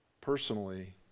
personally